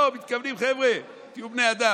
לא, מתכוונים: חבר'ה, תהיו בני אדם.